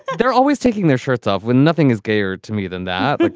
they're always taking their shirts off when nothing is gayer to me than that,